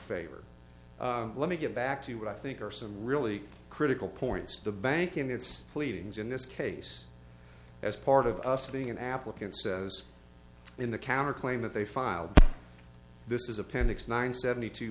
favor let me get back to what i think are some really critical points the bank in its pleadings in this case as part of us being an applicant says in the counter claim that they filed this is appendix nine seventy two